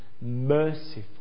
merciful